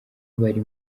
bari